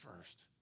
first